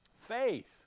Faith